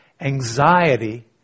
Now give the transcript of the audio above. anxiety